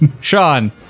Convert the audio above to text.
Sean